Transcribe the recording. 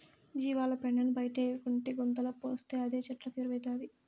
జీవాల పెండను బయటేయకుండా గుంతలో పోస్తే అదే చెట్లకు ఎరువౌతాది